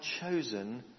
chosen